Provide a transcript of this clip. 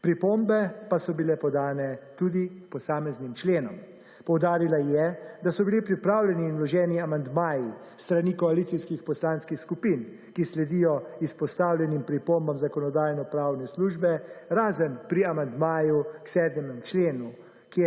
Pripombe pa so bile podane tudi posameznim členom. Poudarila je, da so bili pripravljeni in vloženi amandmaji s strani koalicijskih poslanskih skupin, ki sledijo izpostavljenim pripombam Zakonodajno-pravne službe, razen pri amandmaju k 7. členu,